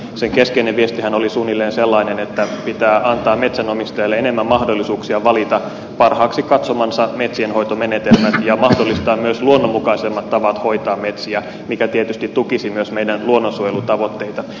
sen keskeinen viestihän oli suunnilleen sellainen että pitää antaa metsänomistajalle enemmän mahdollisuuksia valita parhaaksi katsomansa metsienhoitomenetelmät ja mahdollistaa myös luonnonmukaisemmat tavat hoitaa metsiä mikä tietysti tukisi myös meidän luonnonsuojelutavoitteitamme